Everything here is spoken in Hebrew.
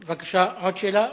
בבקשה, עוד שאלה?